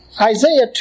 Isaiah